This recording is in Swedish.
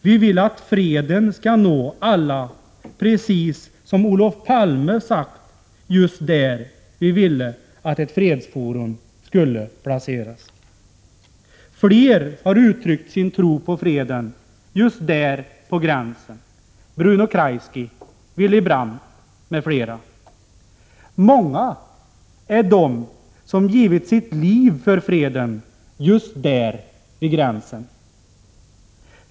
Vi vill att freden skall nå alla, precis som Olof Palme sagt just där vi ville att ett fredsforum skulle placeras. Fler har uttryckt sin tro på freden just där på gränsen, Bruno Kreisky, Willy Brandt och andra. Många är de som givit sitt liv för freden, just där vid gränsen.